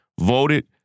voted